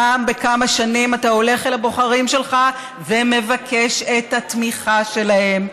פעם בכמה שנים אתה הולך אל הבוחרים שלך ומבקש את התמיכה שלהם,